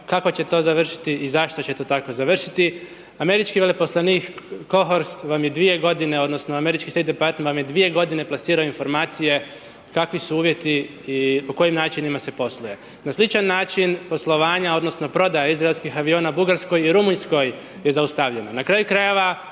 kako će to završiti i zašto će to tako završiti. Američki veleposlanik Kohorst, vam je 2 godine, odnosno, američki …/Govornik se ne razumije./… vam je 2 g. plasirao informacije kakvi su uvjeti i po kojim načinima se posluje. Na sličan način poslovanja, odnosno, prodaje izraelskih aviona Bugarskoj Rumunjskoj je zaustavljen. Na kraju krajeva,